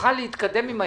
ונוכל להתקדם עם העניין.